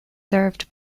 served